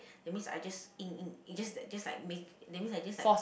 that means I just in~ in~ it's just that just like mak~ that means I just like